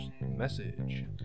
message